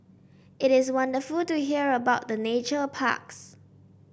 it is wonderful to hear about the nature parks